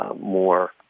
more